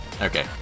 Okay